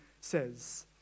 says